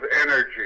energy